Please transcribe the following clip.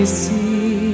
see